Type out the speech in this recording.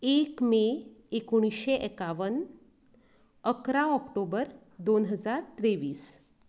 एक मे एकोणशें एकावन्न अकरा ऑक्टोबर दोन हजार तेवीस